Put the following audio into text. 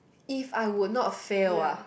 if I would not fail ah